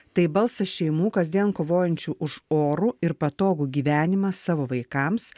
tai balsas šeimų kasdien kovojančių už orų ir patogų gyvenimą savo vaikams